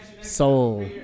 soul